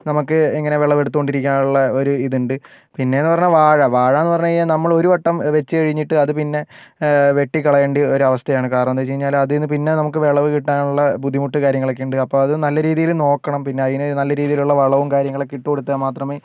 നമുക്ക് ഇങ്ങനെ വിളവെടുത്ത് കൊണ്ടിരിക്കാനുള്ള ഒരു ഇതുണ്ട് പിന്നേന്ന് പറഞ്ഞാൽ വാഴ വാഴ എന്ന് പറഞ്ഞ് കഴിഞ്ഞാൽ നമ്മളൊരു വട്ടം വെച്ച് കഴിഞ്ഞിട്ട് അത് പിന്നെ വെട്ടിക്കളയണ്ട ഒരവസ്ഥയാണ് കാരണമെന്താണെന്ന് വെച്ച് കഴിഞ്ഞാല് അതിൽ നിന്ന് പിന്നെ നമുക്ക് വിളവ് കിട്ടാനുള്ള ബുദ്ധിമുട്ട് കാര്യങ്ങളൊക്കെ ഉണ്ട് അപ്പോൾ അത് നല്ല രീതിയില് നോക്കണം പിന്നെ അതിന് നല്ല രീതിയിലുള്ള വളവും കാര്യങ്ങളൊക്കെ ഇട്ട് കൊടുത്താൽ മാത്രമേ